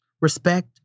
respect